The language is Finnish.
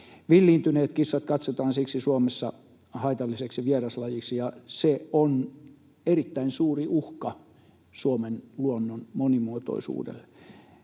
Villiintyneet kissat katsotaan siksi Suomessa haitalliseksi vieraslajiksi, ja ne ovat erittäin suuri uhka Suomen luonnon monimuotoisuudelle.